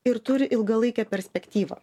ir turi ilgalaikę perspektyvą